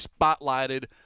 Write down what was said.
spotlighted